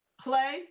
Play